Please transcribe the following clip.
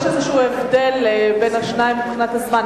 יש איזשהו הבדל בין השניים מבחינת הזמן,